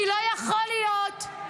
כי לא יכול להיות,